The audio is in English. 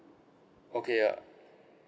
okay ya